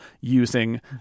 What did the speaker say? using